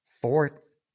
fourth